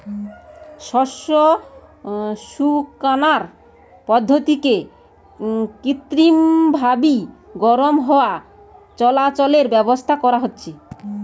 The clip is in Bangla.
শস্য শুকানার পদ্ধতিরে কৃত্রিমভাবি গরম হাওয়া চলাচলের ব্যাবস্থা করা হয়